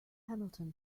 hamilton